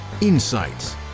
insights